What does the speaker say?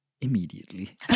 immediately